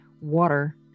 water